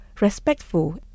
respectful